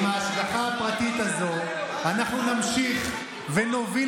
עם ההשגחה הפרטית הזו אנחנו נמשיך ונוביל